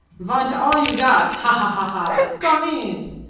vant all you got ha! ha! ha! gome in!